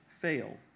fail